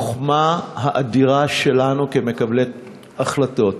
החוכמה האדירה שלנו, כמקבלי החלטות: